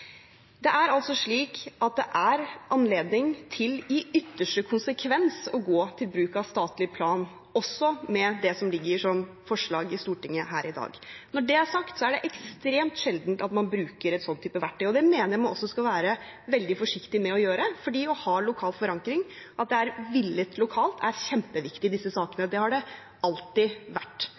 er altså slik at det er anledning til – i ytterste konsekvens – å gå til bruk av statlig plan, også med det som ligger som forslag i Stortinget her i dag. Når det er sagt, er det ekstremt sjelden at man bruker en slik type verktøy, og det mener jeg også man skal være veldig forsiktig med å gjøre, for det å ha lokal forankring, at det er villet lokalt, er kjempeviktig i disse sakene, og det har det alltid vært.